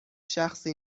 شخصی